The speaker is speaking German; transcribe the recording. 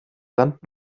land